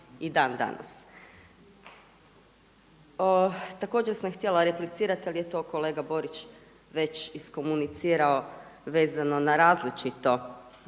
i dandanas. Također sam htjela replicirati, ali je to kolega Borić već iskomunicirao vezano na različitu